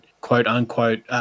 quote-unquote